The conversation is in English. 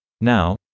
Now